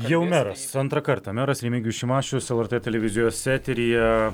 jau meras antrą kartą meras remigijus šimašius lrt televizijos eteryje